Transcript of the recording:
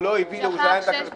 הוא לא הביא, הוא שכח את הכרטיס.